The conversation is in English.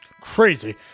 crazy